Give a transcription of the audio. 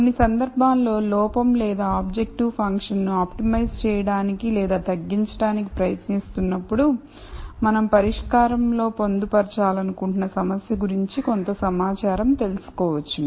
కొన్ని సందర్భాల్లో లోపం లేదా ఆబ్జెక్టివ్ ఫంక్షన్ను ఆప్టిమైజ్ చేయడానికి లేదా తగ్గించడానికి ప్రయత్నిస్తున్నప్పుడు మనం పరిష్కారంలో పొందుపరచాలనుకుంటున్న సమస్య గురించి కొంత సమాచారం తెలుసుకోవచ్చును